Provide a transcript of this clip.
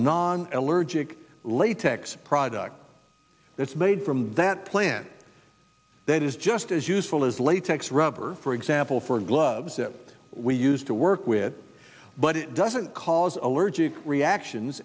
non allergic latex product that's made from that plant that is just as useful as latex rubber for example for gloves that we use to work with but it doesn't cause allergic reactions